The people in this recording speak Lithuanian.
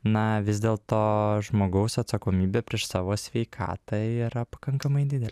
na vis dėlto žmogaus atsakomybė prieš savo sveikatą yra pakankamai didelė